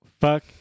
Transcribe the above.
fuck